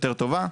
יותר טובה.